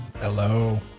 Hello